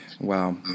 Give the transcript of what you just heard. Wow